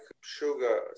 sugar